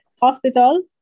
hospital